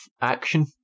action